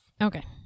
Okay